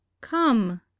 come